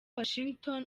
washington